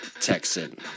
Texan